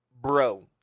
bro